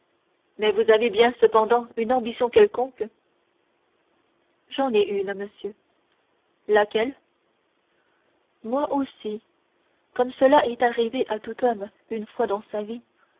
mais vous avez bien cependant une ambition quelconque j'en ai une monsieur laquelle moi aussi comme cela est arrivé à tout homme une fois dans sa vie